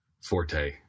forte